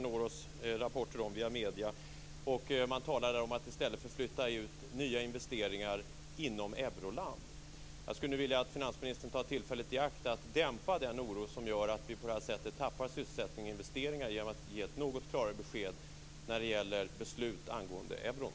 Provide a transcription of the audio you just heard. Rapporter om detta når oss via medierna. Man talar i stället om att flytta ut nya investeringar inom euroland. Jag skulle vilja att finansministern nu tar tillfället i akt och, för att dämpa den oro som gör att vi på det här sättet tappar sysselsättning och investeringar, ger oss ett något klarare besked om beslut angående euron.